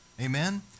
Amen